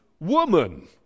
woman